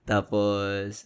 Tapos